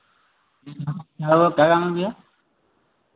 जी हाँ क्या हुआ क्या काम है भैया